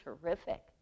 terrific